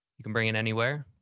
you can bring it anywhere,